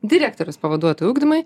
direktoriaus pavaduotoja ugdymui